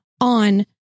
on